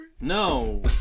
No